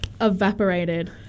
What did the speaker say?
evaporated